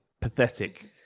pathetic